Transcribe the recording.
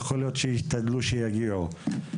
יכול להיות וישתדלו ויגיעו.